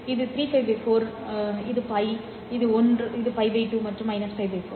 இது 3 л 4 л இது ஒன்று л 2 மற்றும் л 4